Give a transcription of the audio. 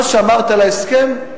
מה שאמרת על ההסכם,